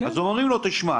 אז הם אומרים לו: תשמע,